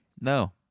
No